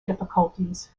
difficulties